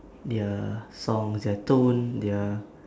their sounds their tone their